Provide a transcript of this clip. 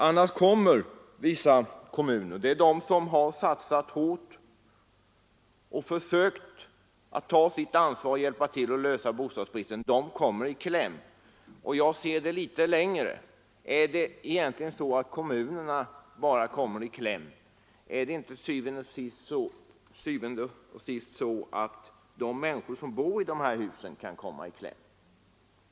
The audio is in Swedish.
Annars kommer sådana kommuner i kläm som satsat hårt, som har försökt att ta sitt ansvar och som har velat hjälpa till att lösa bostadsbristen. Jag ser också detta i ett litet längre perspektiv. Är det egentligen så att det bara är kommunerna som kommer i kläm? Är det inte til syvende og sidst människorna i de hus det gäller som kan komma i kläm?